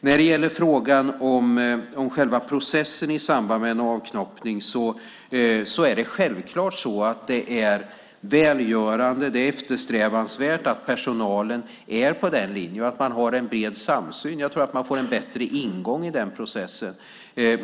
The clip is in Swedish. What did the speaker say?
När det gäller frågan om själva processen i samband med en avknoppning är det självfallet välgörande och eftersträvansvärt att personalen är på den linjen och har en bred samsyn. Jag tror att man får en bättre ingång i den processen.